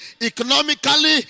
economically